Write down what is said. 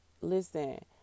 listen